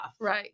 Right